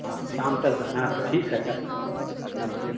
हाँ शाम तक तो हाँ ठीक है तब नमस्ते